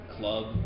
club